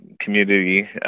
community